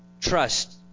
Trust